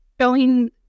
showing